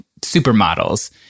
supermodels